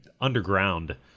underground